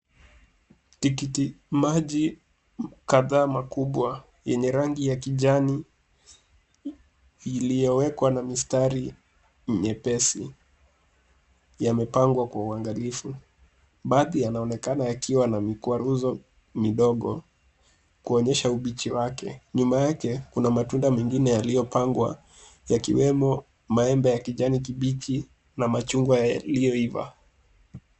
Tikiti maji kadhaa makubwa yenye rangi ya kijani iliyowekwa na mistari nyepesi yamepangwa Kwa uangalifu baadhi yanaonekana yakiwa na mikwaruso midogo kuonyesha upiji wake, nyuma yake Kuna matunda mengine yaliyopangwa yakiwemo maembe ya kichwani kipiji na machungwa yaliyoifa